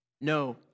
no